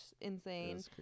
insane